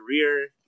career